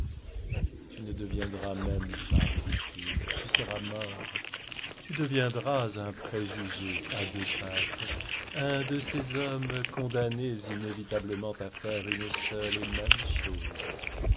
tu ne deviendras même pas ridicule tu seras mort tu deviendrais un préjugé à deux pattes un de ces hommes condamnés inévitablement à faire une seule et même chose